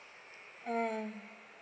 mm